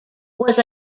was